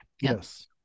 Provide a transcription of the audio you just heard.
Yes